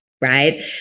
right